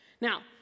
Now